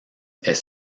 est